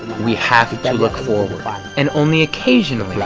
we have to look forward and only occasionally back,